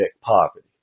poverty